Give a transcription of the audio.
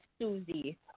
Susie